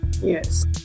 yes